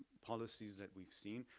policies that we've seen.